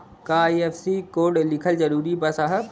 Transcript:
का IFSC code लिखल जरूरी बा साहब?